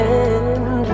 end